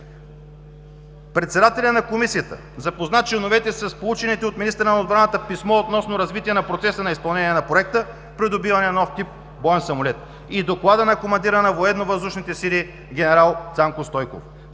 „Председателят на Комисията запозна членовете с получените от министъра на отбраната писмо относно развитие на процеса на изпълнение на Проекта „Придобиване на нов тип боен самолет“ и Доклад на командира на Военновъздушните сили генерал Цанко Стойков.